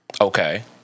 Okay